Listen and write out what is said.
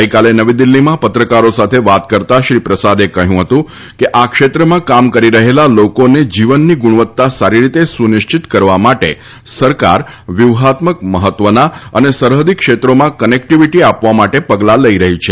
ગઈકાલે નવી દિલ્હીમાં પત્રકારો સાથે વાત કરતાં શ્રી પ્રસાદે કહ્યું કે આ ક્ષેત્રમાં કામ કરી રહેલા લોકોને જીવનની ગુણવત્તા સારી રીતે સુનિશ્ચિત કરવા માટે સરકાર વ્યૂહાત્મક મહત્વના અને સરહદી ક્ષેત્રોમાં કનેક્ટિવિટી આપવા માટે પગલાં લઈ રહી છે